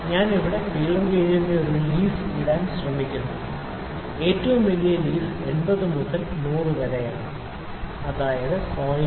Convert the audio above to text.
ഞാൻ ഇവിടെ ഫീലർ ഗേജിന്റെ ഒരു ലീഫ് ഇടാൻ ശ്രമിക്കുന്നു ഏറ്റവും വലിയ ലീഫ് 80 മുതൽ 100 വരെയാണ് അതായത് 0